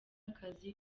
akazi